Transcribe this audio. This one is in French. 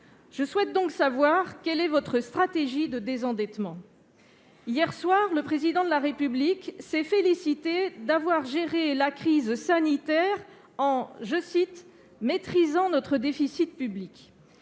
Je souhaite donc savoir quelle est votre stratégie de désendettement. Hier soir, le Président de la République s'est félicité d'avoir géré la crise sanitaire en « maîtrisant notre déficit public ».